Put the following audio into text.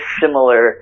similar